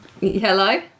Hello